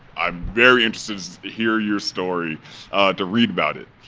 i'm very interested to hear your story to read about it.